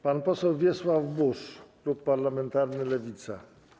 Pan poseł Wiesław Buż, klub parlamentarny Lewica.